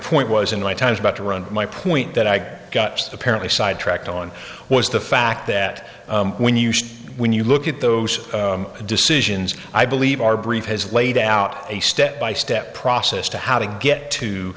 point was in one times about to run my point that i apparently sidetracked on was the fact that when you when you look at those decisions i believe our brief has laid out a step by step process to how to get to